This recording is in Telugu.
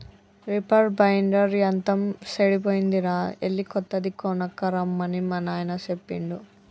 రిపర్ బైండర్ యంత్రం సెడిపోయిందిరా ఎళ్ళి కొత్తది కొనక్కరమ్మని మా నాయిన సెప్పిండు